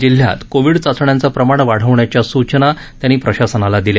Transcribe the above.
जिल्ह्यात कोविड चाचण्याचं प्रमाण वाढवण्याच्या सूचना त्यांनी प्रशासनाला दिल्या